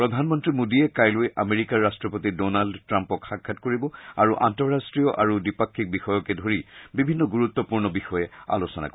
প্ৰধানমন্ত্ৰী মোডীয়ে কাইলৈ আমেৰিকাৰ ৰট্টপতি ড'নাল্ড ট্ৰাম্পক সাক্ষাৎ কৰিব আৰু আন্তৰাষ্ট্ৰীয় আৰু দ্বিপাক্ষিক বিষয়কে ধৰি বিভিন্ন গুৰুত্গূৰ্ণ বিষয়ে আলোচনা কৰিব